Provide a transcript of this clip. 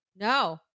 no